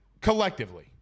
collectively